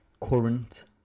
current